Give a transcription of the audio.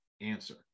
answer